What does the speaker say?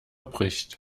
bricht